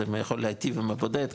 זה יכול להטיב עם הבודד,